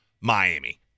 Miami